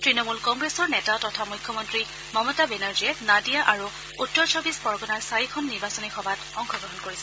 তৃণমূল কংগ্ৰেছৰ নেতা তথা মুখ্যমন্ত্ৰী মমতা বেনাৰ্জীয়ে নাদিয়া আৰু উত্তৰ চৌবিবশ পৰগনাৰ চাৰিখন নিৰ্বাচনী সভাত অংশগ্ৰহণ কৰিছে